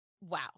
Wow